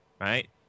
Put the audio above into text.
right